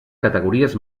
categories